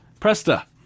Presta